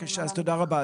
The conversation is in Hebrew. תודה רבה,